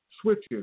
switches